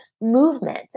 movement